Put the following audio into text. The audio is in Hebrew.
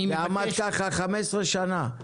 זה עמד ככה 15 שנה.